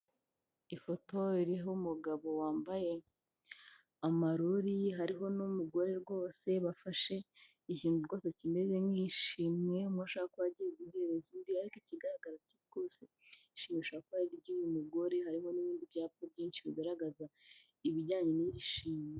Ifoto riho umugabo wambaye amarori, hariho n'umugore rwose bafashe iki gikorwa kimeze nk'ishimwe; umwe ashobora kuba agiye guhereza undi, ariko ikigaragara rwose ishimwe ry'uyu mugore harimo n'ibindi byapa byinshi bigaragaza ibijyanye n'iri shimwe.